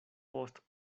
post